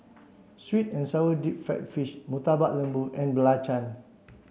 sweet and sour deep fried fish Murtabak Lembu and Belacan